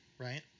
Right